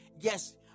yes